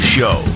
Show